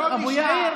אבו דאוד?